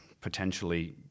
potentially